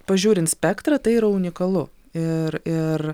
pažiūrint spektrą tai yra unikalu ir ir